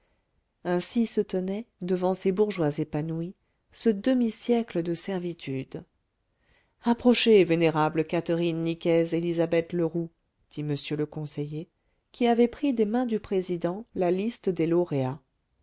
ainsi se tenait devant ces bourgeois épanouis ce demi-siècle de servitude approchez vénérable catherine nicaise élisabeth leroux dit m le conseiller qui avait pris des mains du président la liste des lauréats